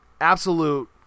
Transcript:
absolute